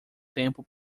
tempo